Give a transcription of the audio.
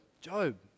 Job